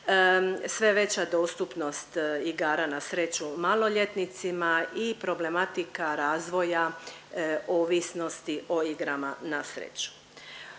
sve veća dostupnost igara na sreću maloljetnicima i problematika razvoja ovisnosti o igrama na sreću.